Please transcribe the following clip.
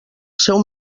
seu